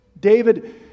David